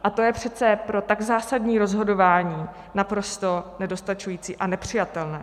A to je přece pro tak zásadní rozhodování naprosto nedostačující a nepřijatelné.